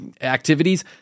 activities